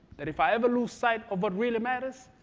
that if i ever lose sight of what really matters,